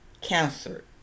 cancer